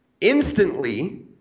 Instantly